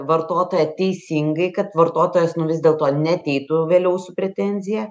vartotoją teisingai kad vartotojas vis dėlto neateitų vėliau su pretenzija